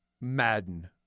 Madden